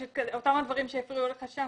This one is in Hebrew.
אותם הדברים שהפריעו לך שם,